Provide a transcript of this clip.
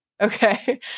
Okay